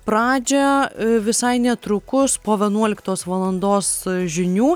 pradžią visai netrukus po vienuoliktos valandos žinių